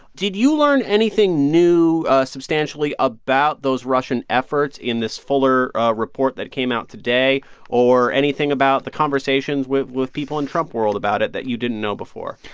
did you learn anything new substantially about those russian efforts in this fuller report that came out today or anything about the conversations with with people in trump world about it that you didn't know before?